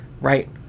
Right